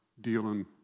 dealing